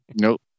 Nope